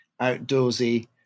outdoorsy